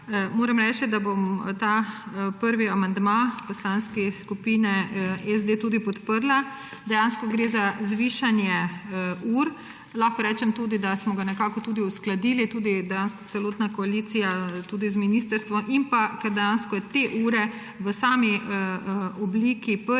Moram reči, da bom ta prvi amandma Poslanske skupine SD tudi podprla. Dejansko gre za zvišanje ur. Lahko rečem tudi, da smo ga nekako tudi uskladili, celotna koalicija tudi z ministrstvom, ker dejansko je te ure v sami obliki že prvi